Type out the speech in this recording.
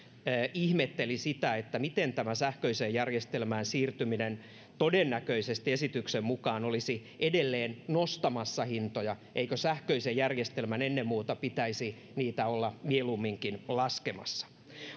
ihmetteli sitä miten tämä sähköiseen järjestelmään siirtyminen todennäköisesti esityksen mukaan olisi edelleen nostamassa hintoja eikö sähköisen järjestelmän ennen muuta pitäisi niitä olla mieluumminkin laskemassa